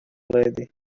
lady